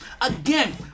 Again